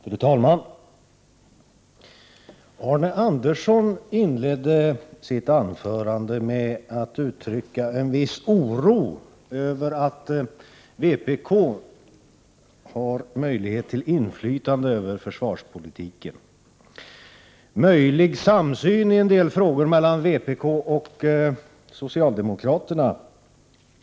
Fru talman! Arne Andersson i Ljung inledde sitt anförande med att uttrycka en viss oro över att vpk har möjlighet till inflytande över försvarspolitiken och sin oro över en möjlig samsyn i en del frågor mellan vpk och socialdemokraterna.